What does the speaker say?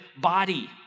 body